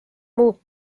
muud